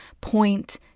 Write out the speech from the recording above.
point